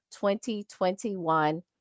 2021